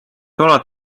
donald